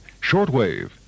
shortwave